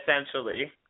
essentially